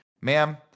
ma'am